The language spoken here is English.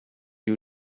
you